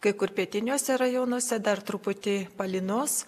kai kur pietiniuose rajonuose dar truputį palynos